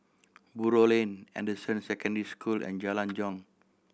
Buroh Lane Anderson Secondary School and Jalan Jong